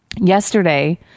yesterday